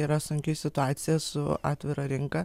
yra sunki situacija su atvira rinka